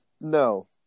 No